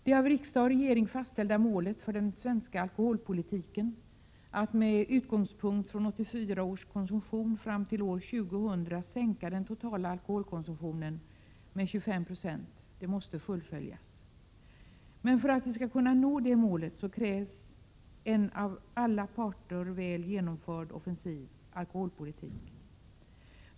Det av riksdag och regering fastställda målet för den svenska alkoholpolitiken, att med utgångspunkt från 1984 års konsumtion fram till år 2000 sänka den totala alkoholkonsumtionen med 25 96, måste uppnås. Men för att vi skall kunna nå målet krävs en av alla parter väl genomförd offensiv alkoholpolitik.